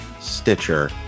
stitcher